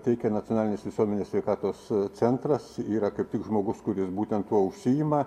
teikia nacionalinis visuomenės sveikatos centras yra kaip tik žmogus kuris būtent tuo užsiima